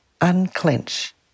Unclench